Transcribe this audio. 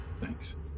Thanks